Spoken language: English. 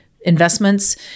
investments